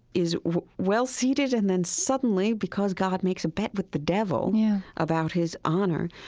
is well seated and then suddenly, because god makes a bet with the devil yeah about his honor,